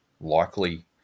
likely